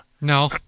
no